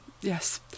Yes